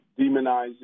demonizing